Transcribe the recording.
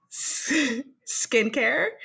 Skincare